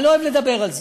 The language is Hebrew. אני לא אוהב לדבר על זה.